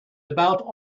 about